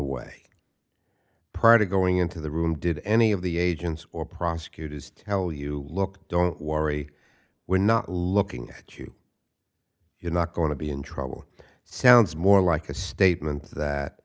way party going into the room did any of the agents or prosecutors tell you look don't worry we're not looking at you you're not going to be in trouble sounds more like a statement that